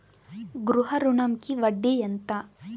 గృహ ఋణంకి వడ్డీ ఎంత?